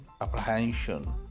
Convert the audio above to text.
apprehension